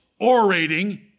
orating